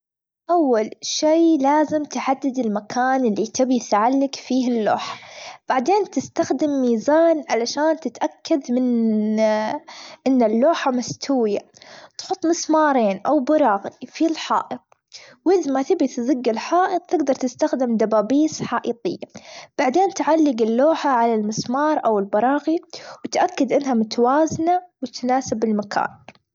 أول شي لازم تحدد المكان اللي تبي ثعلق فيه اللوحة، بعدين تستخدم ميزان علشان تتأكد من أن اللوحة مستوية تحط مسمارين، أو براغي في الحائط وذ ما ثبت تذق الحائط تقدر تستخدم دبابيس حائطية، بعدين تعلج اللوحة على المسمار، أو البراغي واتأكد أنها متوازنة وتناسب المكان.